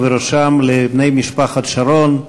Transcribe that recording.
ובראשם לבני משפחת שרון,